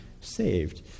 saved